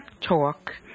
talk